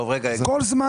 כל זמן